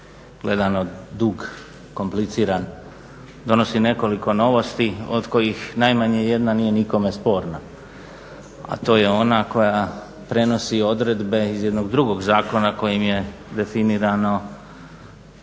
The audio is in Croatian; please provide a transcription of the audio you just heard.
gledano dug, kompliciran, donosi nekoliko novosti od kojih najmanje jedna nije nikome sporna a to je ona koja prenosi odredbe iz jednog drugog zakona kojim je definirano